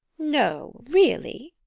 no, really!